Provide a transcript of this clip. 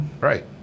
Right